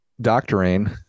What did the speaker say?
doctoring